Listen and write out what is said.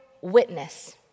witness